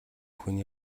хүний